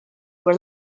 were